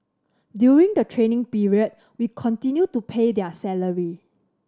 during the training period we continue to pay their salary